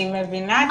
אני מבינה את הטקטיקה,